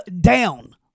down